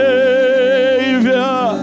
Savior